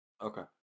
Okay